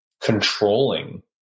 controlling